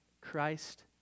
Christ